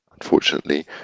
unfortunately